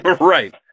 Right